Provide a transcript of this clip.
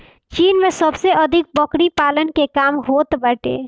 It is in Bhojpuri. चीन में सबसे अधिक बकरी पालन के काम होत बाटे